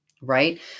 right